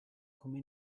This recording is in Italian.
come